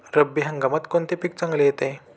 रब्बी हंगामात कोणते पीक चांगले येते?